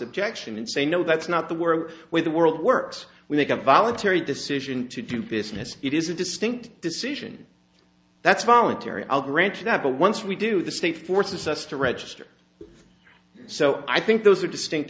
objection and say no that's not the we're with the world works we make a voluntary decision to do business it is a distinct decision that's voluntary i'll grant you that but once we do the state forces us to register so i think those are distinct